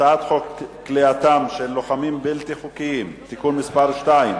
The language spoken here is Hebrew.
הצעת חוק כליאתם של לוחמים בלתי חוקיים (תיקון מס' 2),